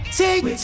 take